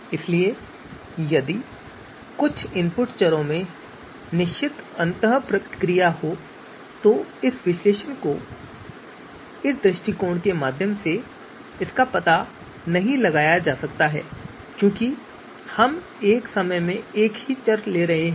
इसलिए यदि कुछ इनपुट चरों में निश्चित अंतःक्रिया हो रही है तो इस दृष्टिकोण के माध्यम से इसका पता नहीं लगाया जा सकता है क्योंकि हम एक समय में एक चर ले रहे हैं